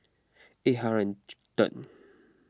eight hundred third